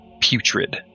putrid